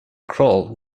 crawl